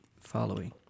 following